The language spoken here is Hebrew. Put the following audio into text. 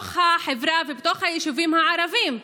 בתוך החברה ובתוך היישובים הערביים.